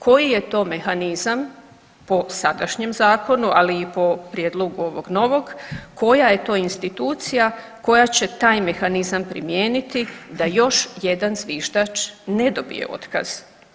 Koji je to mehanizam po sadašnjem zakonu, ali i po prijedlogu ovog novog koja je to institucija koja će taj mehanizam primijeniti da još jedan zviždač ne dobije otkaz?